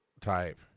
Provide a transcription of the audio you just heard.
type